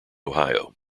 ohio